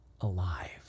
alive